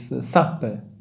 supper